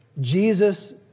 Jesus